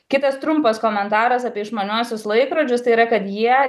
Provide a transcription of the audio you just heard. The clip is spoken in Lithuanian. kitas trumpas komentaras apie išmaniuosius laikrodžius tai yra kad jie